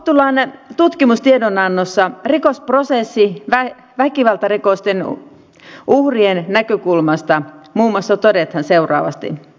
optulan tutkimustiedonannossa rikosprosessi väkivaltarikosten uhrien näkökulmasta todetaan muun muassa seuraavasti